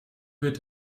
wird